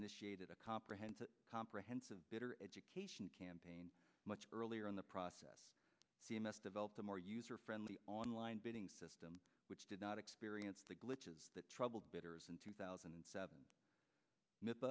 initiated a comprehensive comprehensive bitter education campaign much earlier in the process c m s developed a more user friendly online bidding system which did not experience the glitches that troubled bidders in two thousand and seven